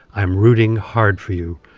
i am rooting hard for you.